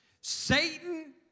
Satan